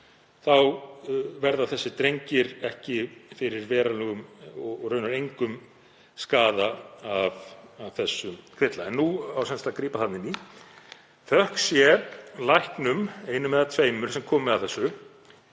tíð verða þeir drengir ekki fyrir verulegum, og raunar engum, skaða af þessum kvilla. En nú á sem sagt að grípa þarna inn í. Þökk sé læknum, einum eða tveimur, sem komu að þessu